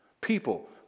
People